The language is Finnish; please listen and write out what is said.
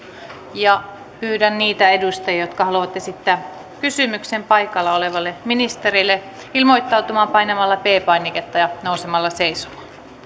pyydän niitä edustajia jotka haluavat esittää kysymyksen paikalla olevalle ministerille ilmoittautumaan painamalla p painiketta ja nousemalla seisomaan